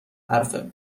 حرفه